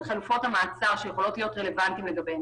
חלופות המעצר שיכולות להיות רלוונטיות לגביהם,